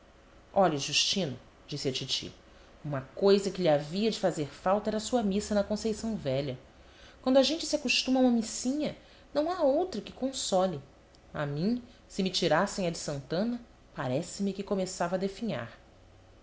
olhe justino disse a titi uma cousa que lhe havia de fazer falta era a sua missa na conceição velha quando a gente se acostuma a uma missinha não há outra que console a mim se me tirassem a de santana parece-me que começava a definhar